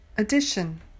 addition